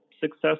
success